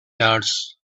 yards